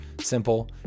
simple